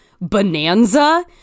bonanza